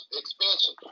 expansion